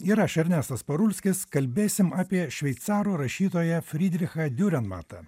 ir aš ernestas parulskis kalbėsim apie šveicarų rašytoją frydrichą diurenmatą